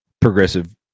progressive